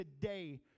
today